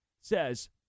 says